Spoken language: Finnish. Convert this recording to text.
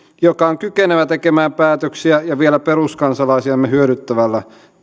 joka on kykenevä tekemään päätöksiä ja vielä peruskansalaisiamme hyödyttävällä